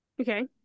okay